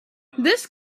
this